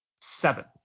seven